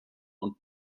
und